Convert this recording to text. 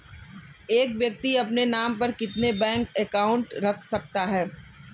एक व्यक्ति अपने नाम पर कितने बैंक अकाउंट रख सकता है?